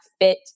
fit